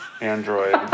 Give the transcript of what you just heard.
Android